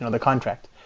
and the contract.